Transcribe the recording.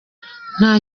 nta